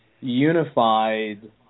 unified